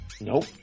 Nope